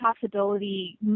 possibility